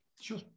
Sure